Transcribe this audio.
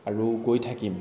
আৰু গৈ থাকিম